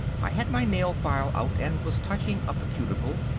i had my nail file out and was touching up a cuticle,